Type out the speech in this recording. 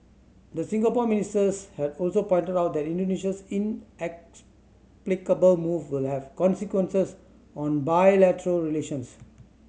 the Singapore ministers had also pointed out that Indonesia's inexplicable move will have consequences on bilateral relations